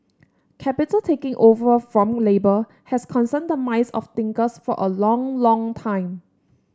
capital taking over from labour has concerned the minds of thinkers for a long long time